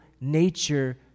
nature